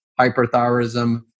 hyperthyroidism